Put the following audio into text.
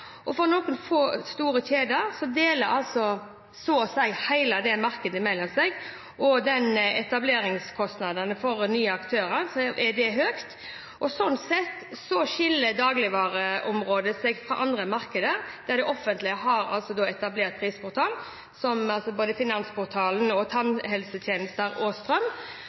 for noen få store kjeder deler så å si hele markedet mellom seg. Etableringskostnaden for nye aktører er høy. Sånn sett skiller dagligvareområdet seg fra andre markeder, der det offentlige har etablert prisportal, som finansportalen og innen tannhelsetjenester og strøm.